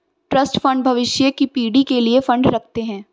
trust fund भविष्य की पीढ़ी के लिए फंड रखते हैं